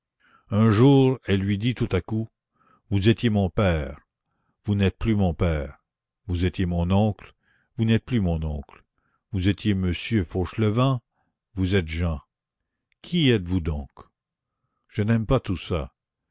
un jour elle lui dit tout à coup vous étiez mon père vous n'êtes plus mon père vous étiez mon oncle vous n'êtes plus mon oncle vous étiez monsieur fauchelevent vous êtes jean qui êtes-vous donc je n'aime pas tout ça